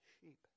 sheep